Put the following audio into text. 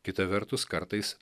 kita vertus kartais